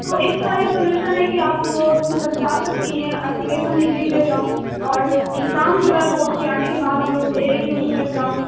تو اِس کا ایک سلیوشن ہے کہ آپ مطلب جا سکتی ہیں اپلیکیشن لِکھ دیجیے گا اور اگزام جو ہے وہ اُس کے آنے کے بعد ہم لوگ لے لیں گے اُس کا اگزام